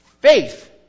faith